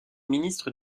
ministre